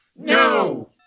No